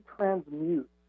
transmute